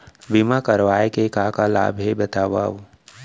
बीमा करवाय के का का लाभ हे बतावव?